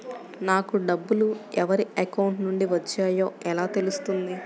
నాకు డబ్బులు ఎవరి అకౌంట్ నుండి వచ్చాయో ఎలా తెలుస్తుంది?